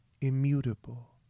immutable